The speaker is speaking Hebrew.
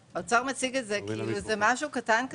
האוצר מציג את זה כאילו זה משהו קטן כזה,